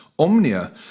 Omnia